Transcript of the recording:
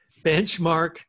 benchmark